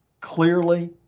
clearly